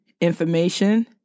information